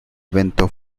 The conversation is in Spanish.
evento